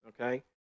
okay